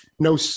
No